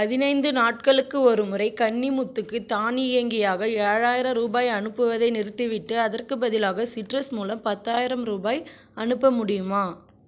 பதினைந்து நாட்களுக்கு ஒருமுறை கன்னிமுத்துக்கு தானியங்கியாக ஏழாயிரம் ரூபாய் அனுப்புவதை நிறுத்திவிட்டு அதற்குப் பதிலாக சிட்ரஸ் மூலம் பத்தாயிரம் ரூபாய் ரூபாய் அனுப்ப முடியுமா